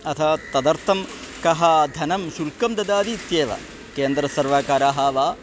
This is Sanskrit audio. अथवा तदर्थं कः धनं शुल्कं ददाति इत्येव केन्द्रसर्वकाराः वा